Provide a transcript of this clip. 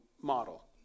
model